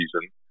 season